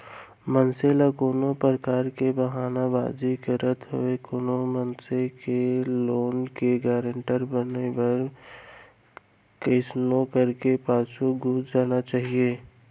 मनसे ल कोनो परकार के बहाना बाजी करत होय कोनो मनसे के लोन के गारेंटर बनब म कइसनो करके पाछू घुंच जाना चाही